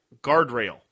guardrail